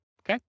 Okay